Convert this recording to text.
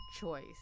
choice